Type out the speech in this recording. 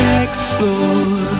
explore